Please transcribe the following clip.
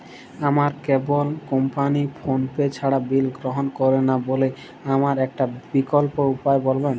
আমার cable company PhonePe ছাড়া bill গ্রহণ করে না বলে আমার একটা বিকল্প উপায় বলবেন?